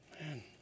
Man